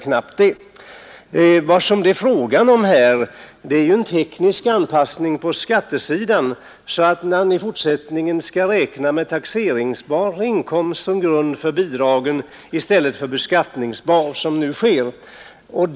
Vad det är fråga om här är ju en teknisk anpassning på skattesidan, så att man i fortsättningen skall räkna med taxeringsbar inkomst som grund för bidragen i stället för med beskattningsbar inkomst som nu är fallet.